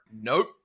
nope